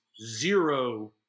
Zero